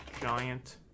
giant